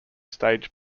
stage